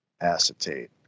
acetate